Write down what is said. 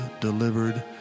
delivered